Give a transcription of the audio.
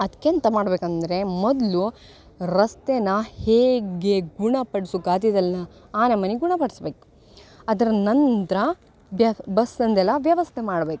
ಅದಕ್ಕೆಂತ ಮಾಡ್ಬೇಕು ಅಂದರೆ ಮೊದಲು ರಸ್ತೆನ ಹೇಗೆ ಗುಣಪಡಿಸುಗಾತಿತಲ್ಲ ಆ ನಮೂನಿ ಗುಣಪಡ್ಸ್ಬೇಕು ಅದ್ರ ನಂತರ ಬಸಂದು ಎಲ್ಲ ವ್ಯವಸ್ಥೆ ಮಾಡ್ಬೇಕು